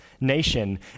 nation